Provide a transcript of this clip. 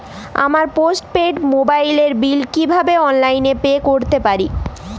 আমার postpaid মোবাইলের bill কীভাবে অনলাইনে পে করতে পারি?